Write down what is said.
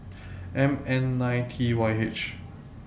M N nine T Y H